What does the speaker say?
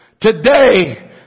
Today